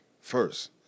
first